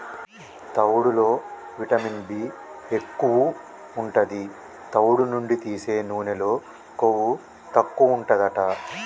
తవుడులో vitamin B ఎక్కువు ఉంటది, తవుడు నుండి తీసే నూనెలో కొవ్వు తక్కువుంటదట